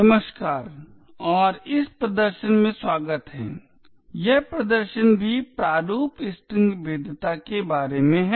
नमस्कार और इस प्रदर्शन में स्वागत है यह प्रदर्शन भी प्रारूप स्ट्रिंग भेद्यता के बारे में है